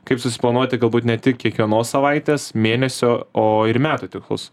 kaip susiplanuoti galbūt ne tik kiekvienos savaitės mėnesio o ir metų tikslus